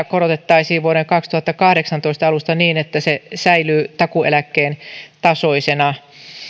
korotettaisiin vuoden kaksituhattakahdeksantoista alusta niin että se säilyy takuueläkkeen tasoisena